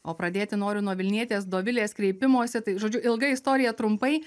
o pradėti noriu nuo vilnietės dovilės kreipimosi tai žodžiu ilga istorija trumpai